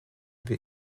wir